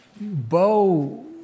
Bo